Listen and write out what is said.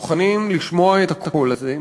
מוכנים לשמוע את הקול הזה,